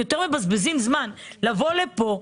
הם מבזבזים הרבה זמן כדי לבוא לפה,